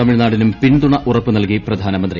തമിഴ്നാടിനും പിന്തുണ ഉറപ്പ് നീൽകി പ്രധാനമന്ത്രി